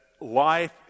life